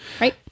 right